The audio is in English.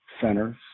centers